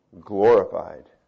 glorified